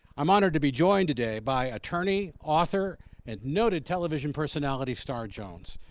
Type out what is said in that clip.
i'm honored to be joined today by attorney, author and noted television personality star jones.